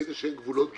איזה שהם גבולות גזרה,